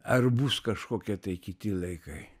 ar bus kažkokie tai kiti laikai